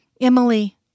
Emily